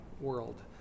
world